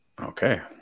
Okay